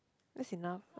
that's enough